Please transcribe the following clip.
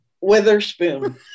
Witherspoon